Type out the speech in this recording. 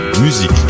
musique